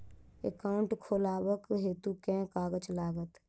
Account खोलाबक हेतु केँ कागज लागत?